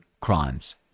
crimes